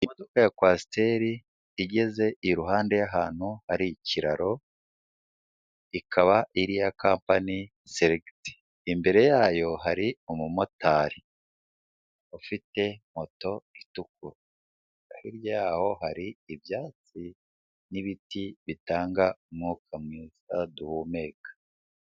Imodoka ya kwasiteri igeze iruhande y'ahantu hari ikiraro, ikaba ari iya kampani selegiti, imbere yayo hari umumotari ufite moto itukura, hirya yaho hari ibyatsi n'ibiti bitanga umwuka mwiza duhumeka.